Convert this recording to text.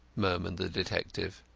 murmured the detective.